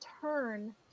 turn